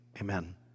amen